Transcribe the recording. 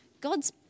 God's